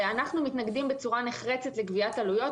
אנחנו מתנגדים בצורה נחרצת לגביית עלויות.